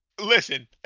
Listen